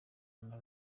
n’i